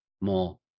more